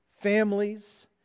families